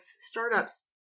startups